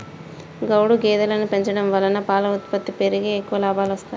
గౌడు గేదెలను పెంచడం వలన పాల ఉత్పత్తి పెరిగి ఎక్కువ లాభాలొస్తాయి